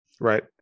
Right